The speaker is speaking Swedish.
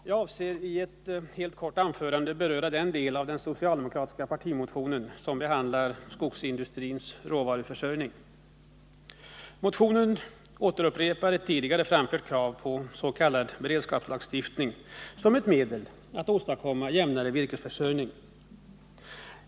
Herr talman! Jag avser att i ett kort anförande beröra den del av den socialdemokratiska partimotionen som behandlar skogsindustrins råvaruförsörjning. I motionen upprepas ett tidigare framfört krav på s.k. beredskapslagstiftning som ett medel att åstadkomma jämnare virkesförsörjning.